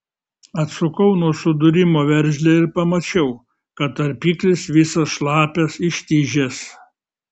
atsukau nuo sudūrimo veržlę ir pamačiau kad tarpiklis visas šlapias ištižęs